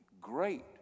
great